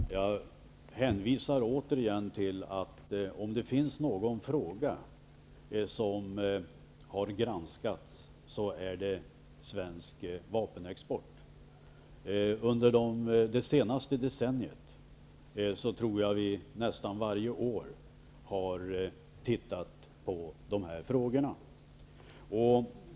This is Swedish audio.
Herr talman! Jag hänvisar återigen till påståendet att om det finns någon fråga som har granskats så är det den om svensk vapenexport. Under det senaste decenniet tror jag att vi nästan varje år har tittat på dessa frågor.